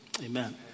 Amen